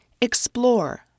explore